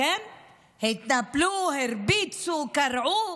התנפלו, הרביצו, קרעו,